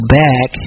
back